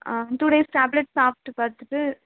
ஆ two days tablet சாப்பிட்டு பார்த்துட்டு